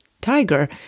tiger